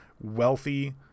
wealthy